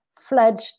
fledged